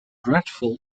dreadful